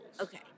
Okay